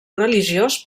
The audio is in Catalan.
religiós